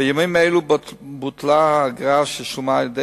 בימים אלו בוטלה האגרה ששולמה על-ידי